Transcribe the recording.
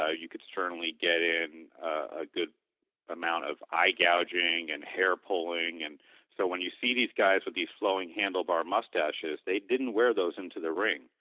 ah you could certainly get in a good amount of eye-gauging and hair-pulling. and so, when you see these guys with these flowing handle-bar moustaches, they didn't wear those into the ring.